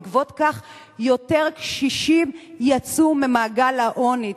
בעקבות כך יותר קשישים יצאו ממעגל העוני,